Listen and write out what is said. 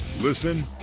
Listen